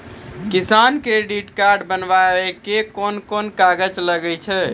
किसान credit card बनाबै मे कोन कोन कागज लागै छै?